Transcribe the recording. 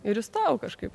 ir įstojau kažkaip